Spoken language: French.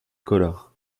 collard